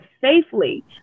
safely